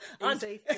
Auntie